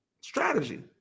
Strategy